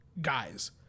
guys